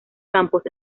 campos